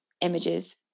images